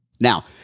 Now